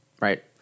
right